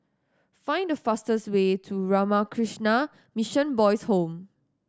find the fastest way to Ramakrishna Mission Boys' Home